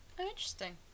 interesting